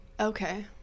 Okay